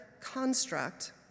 construct